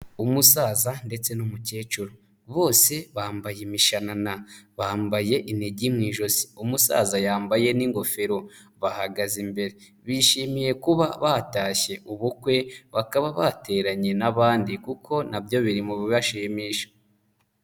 Umusaza ndetse n'umukecuru, bose bambaye imishanana, bambaye inigi mu ijosi, umusaza yambaye n'ingofero, bahagaze imbere. Bishimiye kuba batashye ubukwe bakaba bateranye n'abandi kuko nabyo biri mu bibashimisha.